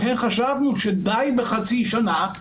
לכן חשבנו שדי בחצי שנה,